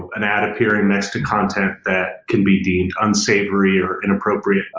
an ad appearing next to content that can be deemed unsavory, or inappropriate,